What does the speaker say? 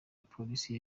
polisi